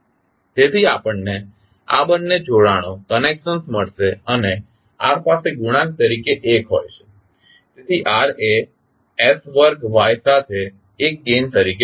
તેથી આપણને આ બંને જોડાણો મળશે અને r પાસે ગુણાંક તરીકે 1 હોય છે તેથી r એ s વર્ગ y સાથે 1 ગેઇન તરીકે જોડાયેલ છે